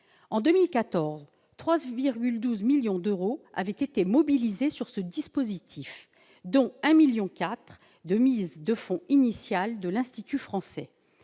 En 2014, quelque 3,12 millions d'euros avaient été mobilisés sur ce dispositif, dont 1,4 million d'euros de mise de fonds initiale de l'Institut français.